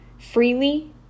freely